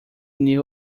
knew